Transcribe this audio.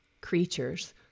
creatures